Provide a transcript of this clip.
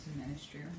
ministry